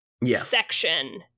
Section